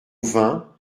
vingt